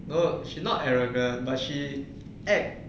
no she not arrogant but she act